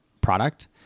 product